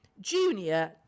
junior